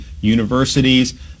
universities